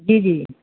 جی جی